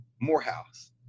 Morehouse